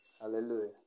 Hallelujah